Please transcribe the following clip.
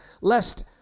lest